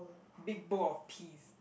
big bowl of peas